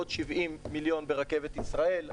עוד 70 מיליון ברכבת ישראל.